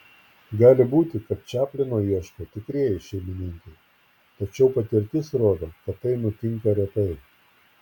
gali būti kad čaplino ieško tikrieji šeimininkai tačiau patirtis rodo kad tai nutinka retai